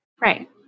Right